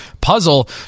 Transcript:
puzzle